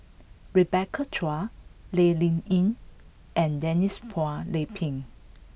Rebecca Chua Lee Ling Yen and Denise Phua Lay Peng